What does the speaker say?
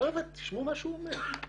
חבר'ה תשמעו מה שהוא אומר,